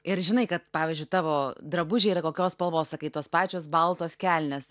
ir žinai kad pavyzdžiui tavo drabužiai yra kokios spalvos sakai tos pačios baltos kelnės